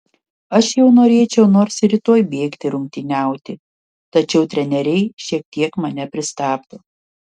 aš jau norėčiau nors ir rytoj bėgti rungtyniauti tačiau treneriai šiek tiek mane pristabdo